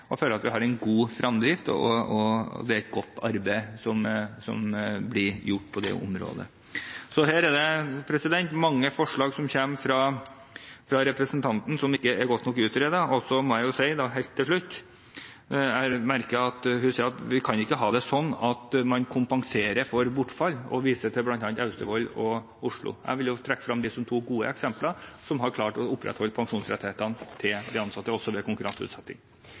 føler at vi har en god fremdrift, og at det er et godt arbeid som blir gjort på det området. Her er det mange forslag som kommer fra representanten, som ikke er godt nok utredet. Helt til slutt: Jeg la merke til at representanten sa at vi ikke kan ha det sånn at man kompenserer for bortfall, og viser til bl.a. Austevoll og Oslo. Jeg vil trekke frem dem som to gode eksempler, som har klart å opprettholde pensjonsrettighetene til de ansatte også ved konkurranseutsetting.